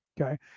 okay